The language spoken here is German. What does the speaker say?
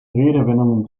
redewendungen